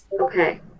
Okay